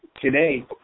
Today